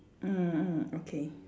mm mm okay